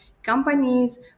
companies